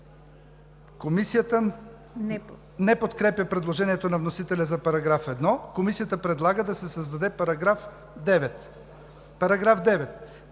Комисията не подкрепя предложението на вносителя за § 1. Комисията предлага да се създаде § 9: „§ 9.